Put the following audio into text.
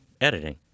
editing